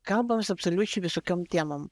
kalbamės absoliučiai visokiom temom